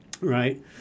right